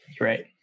Right